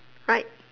right